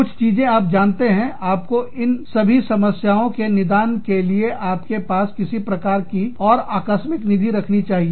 कुछ चीजें आप जानते हैं आपको इन सभी समस्याओं के निदान के लिए अपने पास किसी प्रकार की और आकस्मिक निधि रखना चाहिए